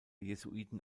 jesuiten